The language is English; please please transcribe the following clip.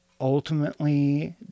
ultimately